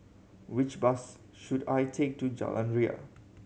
which bus should I take to Jalan Ria